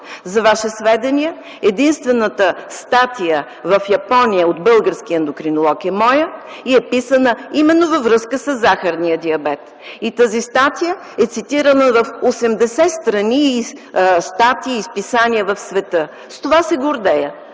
За Ваше сведение единствената статия в Япония от български ендокринолог е моя и е писана именно във връзка със захарния диабет. Тя е цитирана в 80 страни в света. С това се гордея